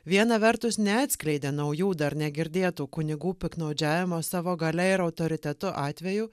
viena vertus neatskleidė naujų dar negirdėtų kunigų piktnaudžiavimo savo galia ir autoritetu atvejų